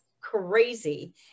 crazy